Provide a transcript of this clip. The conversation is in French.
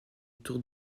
tour